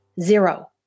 zero